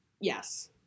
yes